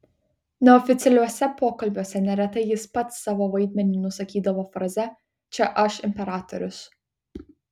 neoficialiuose pokalbiuose neretai jis pats savo vaidmenį nusakydavo fraze čia aš imperatorius